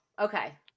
Okay